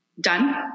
done